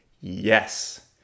Yes